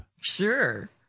Sure